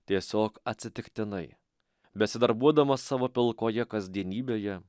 tiesiog atsitiktinai besidarbuodamas savo pilkoje kasdienybėje